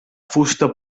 fusta